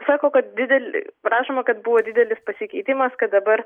sako kad dideli rašoma kad buvo didelis pasikeitimas kad dabar